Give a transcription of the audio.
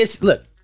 Look